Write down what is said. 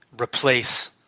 replace